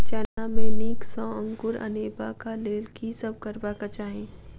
चना मे नीक सँ अंकुर अनेबाक लेल की सब करबाक चाहि?